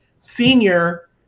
senior